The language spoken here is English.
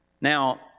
Now